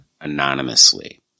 anonymously